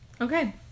Okay